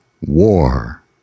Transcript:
war